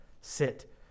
sit